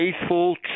faithful